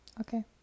Okay